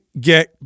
get